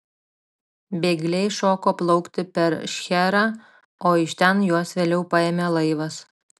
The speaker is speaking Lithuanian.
bėgliai šoko plaukti per šcherą o iš ten juos vėliau paėmė laivas